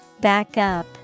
Backup